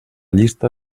llista